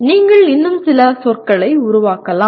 நீங்கள் இன்னும் சில சொற்களை உருவாக்கலாம்